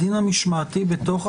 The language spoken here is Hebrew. בדין המשמעתי בתוך?